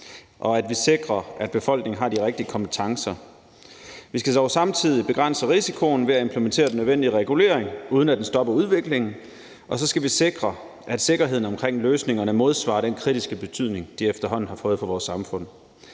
og at vi sikrer, at befolkningen har de rigtige kompetencer. Vi skal dog samtidig begrænse risikoen ved at implementere den nødvendige regulering, uden at den stopper udviklingen, og så skal vi sikre, at sikkerheden omkring løsningerne modsvarer den kritiske betydning, de efterhånden har fået for vores samfund.